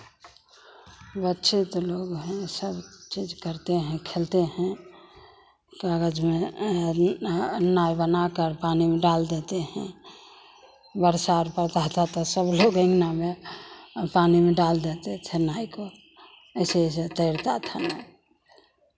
बच्चे तो लोग हैं सब चीज़ करते हैं खेलते हैं कागज़ में नाव बना कर पानी में डाल देते हैं बरसात और पड़ता है तो सब लोग अंगना में पानी में डाल देते थे नाव को ऐसे ऐसे तैरता था